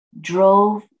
drove